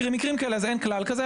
כי ההשתקעות היא רק בחלוף זמן,